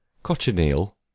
cochineal